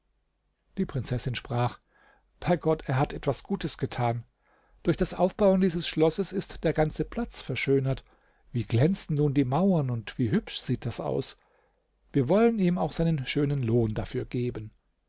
die prinzessin sprach bei gott er hat etwas gutes getan durch das aufbauen dieses schlosses ist der ganze platz verschönert wie glänzen nun die mauern und wie hübsch sieht das aus wir wollen ihm auch seinen schönen lohn dafür geben